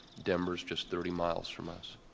denver is just thirty miles from us.